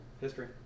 History